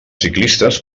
ciclistes